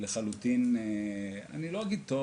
אני לא אגיד שהוא טוב